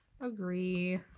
Agree